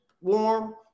warm